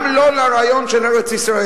גם לא לרעיון של ארץ-ישראל.